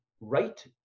right